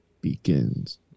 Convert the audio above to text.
begins